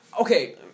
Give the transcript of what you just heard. Okay